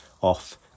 off